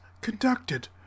conducted